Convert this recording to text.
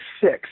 six